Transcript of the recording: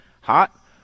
hot